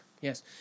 Yes